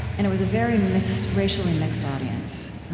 and it was a very mixed, racially mixed audience.